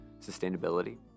Sustainability